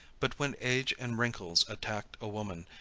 but when age and wrinkles attacked a woman,